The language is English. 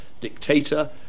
dictator